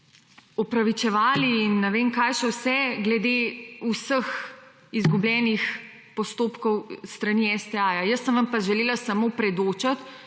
opravičevali in ne vem kaj še vse, glede vseh izgubljenih postopkov s strani STA-ja. Jaz sem vam pa želela samo predočiti,